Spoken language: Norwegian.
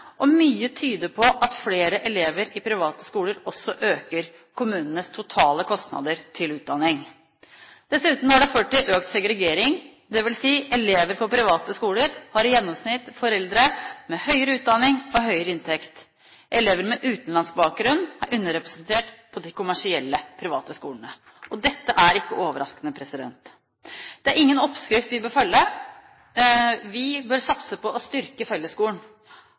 og mye tyder på at flere elever i private skoler også øker kommunenes totale kostnader til utdanning. Dessuten har det ført til økt segregering, dvs. at elever på private skoler i gjennomsnitt har foreldre med høyere utdanning og høyere inntekt. Elever med utenlandsk bakgrunn er underrepresentert på de kommersielle private skolene. Det er ikke overraskende. Dette er ingen oppskrift vi bør følge. Vi bør satse på å styrke fellesskolen